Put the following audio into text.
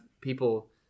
people